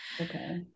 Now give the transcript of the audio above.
Okay